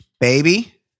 Baby